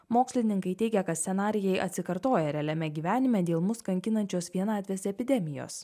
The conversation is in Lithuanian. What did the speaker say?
mokslininkai teigia kad scenarijai atsikartoja realiame gyvenime dėl mus kankinančios vienatvės epidemijos